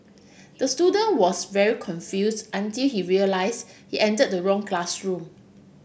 the student was very confused until he realised he entered the wrong classroom